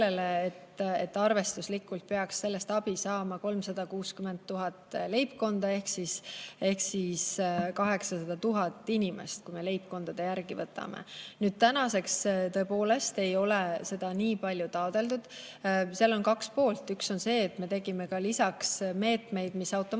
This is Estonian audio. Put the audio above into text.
et arvestuslikult peaks sellest abi saama 360 000 leibkonda ehk 800 000 inimest, kui me leibkondade järgi võtame. Tänaseks tõepoolest ei ole seda nii palju taotletud. Seal on kaks poolt. Üks on see, et me tegime lisaks ka meetmed, millega automaatselt